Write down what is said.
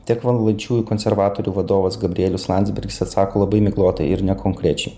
tiek valdančiųjų konservatorių vadovas gabrielius landsbergis atsako labai miglotai ir nekonkrečiai